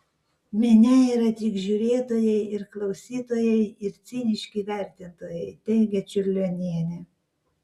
minia yra tik žiūrėtojai ir klausytojai ir ciniški vertintojai teigia čiurlionienė